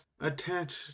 attached